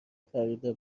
خریده